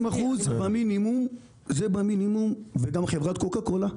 גם חברת קוקה-קולה.